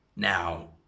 Now